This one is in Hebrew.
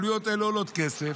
העלויות האלה עולות כסף,